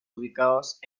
ubicados